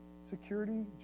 security